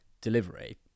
delivery